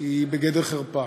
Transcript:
היא בגדר חרפה.